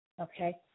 okay